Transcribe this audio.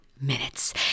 Minutes